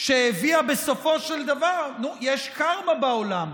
שהביאה בסופו של דבר, נו, יש קארמה בעולם,